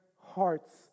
hearts